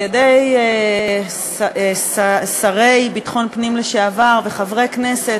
על-ידי שרי ביטחון פנים לשעבר וחברי כנסת,